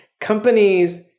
companies